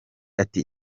ati